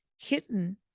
kitten